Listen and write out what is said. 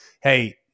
hey